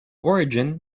origin